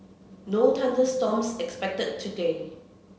no thunder storms expected today